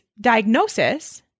diagnosis